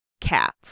cats